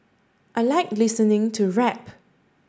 I like listening to rap